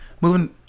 Moving